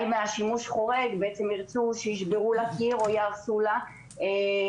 מהשימוש החורג ירצו לשבור לה קיר או יהרסו לה כך